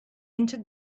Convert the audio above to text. into